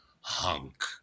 hunk